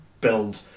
build